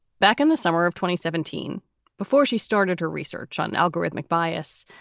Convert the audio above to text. back in the summer of twenty seventeen before she started her research on algorithmic bias,